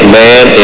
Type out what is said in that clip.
man